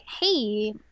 Hey